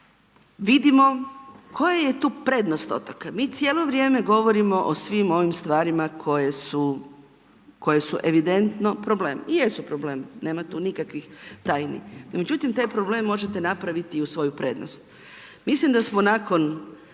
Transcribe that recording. vidimo koja je tu prednost otoka? Mi cijelo vrijeme govorimo o svim ovim stvarima koje su evidentno problem i jesu problem, nema tu nikakvih tajni. Međutim taj problem možete napraviti u svoju prednost. Mislim da smo nakon